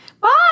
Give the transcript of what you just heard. Bye